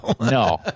No